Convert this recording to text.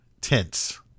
tense